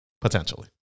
Potentially